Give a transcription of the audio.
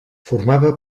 formava